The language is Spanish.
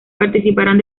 participarán